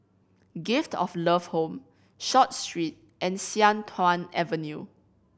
Gift of Love Home Short Street and Sian Tuan Avenue